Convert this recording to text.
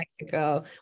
Mexico